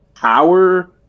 Power